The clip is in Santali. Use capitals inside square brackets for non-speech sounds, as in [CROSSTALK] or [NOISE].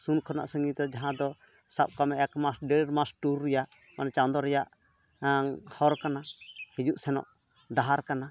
ᱥᱩᱨ ᱠᱷᱚᱱᱟᱜ [UNINTELLIGIBLE] ᱡᱟᱦᱟᱸᱫᱚ ᱥᱟᱵᱠᱟᱜ ᱢᱮ ᱮᱠᱢᱟᱥ ᱫᱮᱲᱢᱟᱥ ᱴᱩᱨ ᱨᱮᱭᱟᱜ ᱪᱟᱸᱫᱚ ᱨᱮᱭᱟᱜ ᱦᱚᱨ ᱠᱟᱱᱟ ᱦᱤᱡᱩᱜ ᱥᱮᱱᱚᱜ ᱰᱟᱦᱟᱨ ᱠᱟᱱᱟ